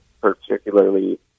particularly